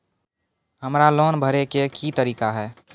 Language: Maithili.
हमरा लोन भरे के की तरीका है?